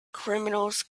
criminals